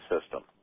system